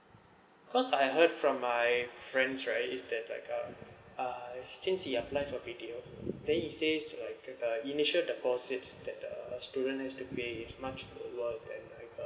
cause I heard from my friends right is there like um uh since he apply for B_T_O then he says like uh the initial deposits that the student has to pay is much lower than like uh